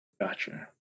Gotcha